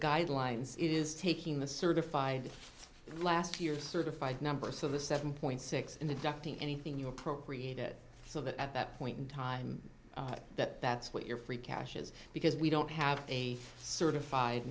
guidelines it is taking the certified last year's certified number so the seven point six in the ducting anything you appropriate it so that at that point in time that that's what your free cash is because we don't have a certified